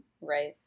Right